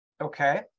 okay